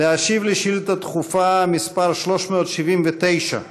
להשיב על שאילתה דחופה מס' 379,